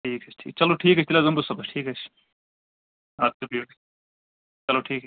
ٹھیٖک حظ چھُ چَلو ٹھیٖک حظ چھُ تیٚلہِ حظ یِمہٕ بہٕ صُبحَس ٹھیٖک حظ چھُ آ بِہِو حظ چلو ٹھیٖک